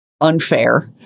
unfair